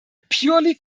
purely